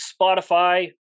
Spotify